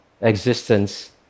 existence